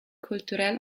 kulturell